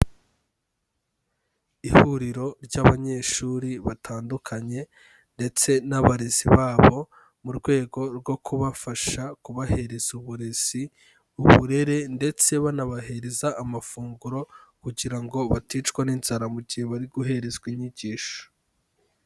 Ihuriro ry'abanyeshuri batandukanye ndetse n'abarezi babo, mu rwego rwo kubafasha kubahereza uburezi, uburere ndetse banabahereza amafunguro kugira ngo baticwa n'inzara mu gihe bari guherezwa inyigisho.